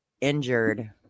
injured